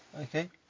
Okay